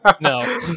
No